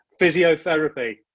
physiotherapy